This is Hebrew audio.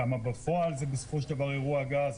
כמה בפועל, זה בסופו של דבר אירוע גז.